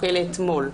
לאתמול.